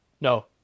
No